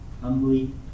humbly